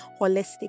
holistic